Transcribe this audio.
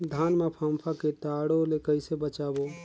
धान मां फम्फा कीटाणु ले कइसे बचाबो?